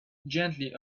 gently